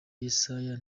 yesaya